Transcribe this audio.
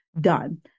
done